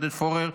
עודד פורר,